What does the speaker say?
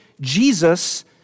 Jesus